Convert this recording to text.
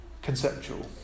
Conceptual